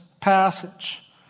passage